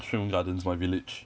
serangoon gardens my village